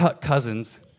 cousins